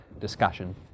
discussion